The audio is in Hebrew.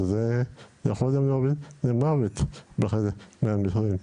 וזה עלול להוביל גם למוות בחלק מהדברים.